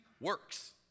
works